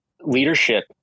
leadership